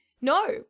no